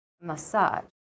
massage